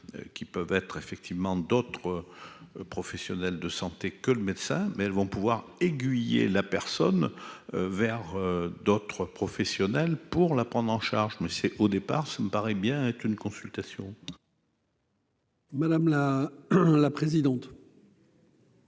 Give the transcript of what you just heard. qui peuvent être effectivement d'autres professionnels de santé que le médecin, mais elles vont pouvoir aiguiller la personne vers d'autres professionnels pour la prendre en charge, mais c'est au départ, ça me paraît bien être une consultation. Madame la la présidente.